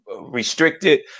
restricted